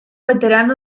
veterano